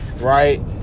right